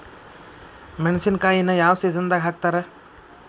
ಮೆಣಸಿನಕಾಯಿನ ಯಾವ ಸೇಸನ್ ನಾಗ್ ಹಾಕ್ತಾರ?